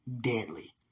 deadly